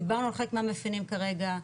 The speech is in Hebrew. דיברנו על חלק מהמאפיינים כרגע,